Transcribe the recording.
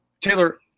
Taylor